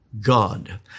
God